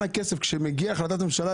לאן מגיע הכסף כשמגיעה החלטת ממשלה.